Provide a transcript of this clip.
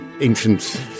ancient